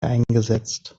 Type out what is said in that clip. eingesetzt